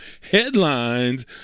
headlines